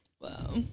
Wow